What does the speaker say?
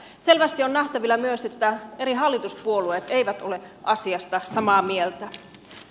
selvästi on nähtävillä myös että eri hallituspuolueet eivät ole asiasta samaa mieltä